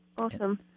Awesome